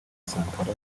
sankara